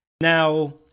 now